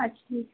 अच्छा ठीक